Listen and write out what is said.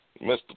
Mr